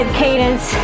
cadence